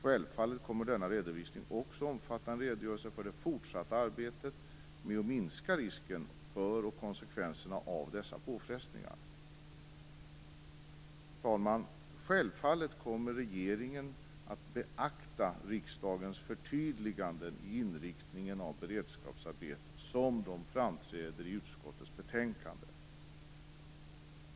Självfallet kommer denna redovisning också att omfatta en redogörelse för det fortsatta arbetet med att minska risken för och konsekvenserna av dessa påfrestningar. Herr talman! Självfallet kommer regeringen att beakta riksdagens förtydliganden i inriktningen av beredskapsarbetet som de framträder i utskottets betänkande.